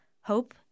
Hope